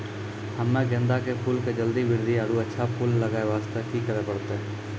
हम्मे गेंदा के फूल के जल्दी बृद्धि आरु अच्छा फूल लगय वास्ते की करे परतै?